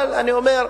אבל אני אומר,